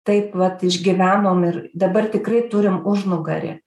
taip vat išgyvenom ir dabar tikrai turim užnugarį